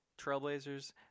Trailblazers